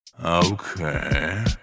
Okay